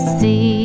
see